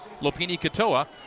Lopini-Katoa